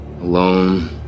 alone